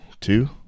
two